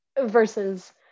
versus